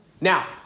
Now